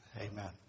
Amen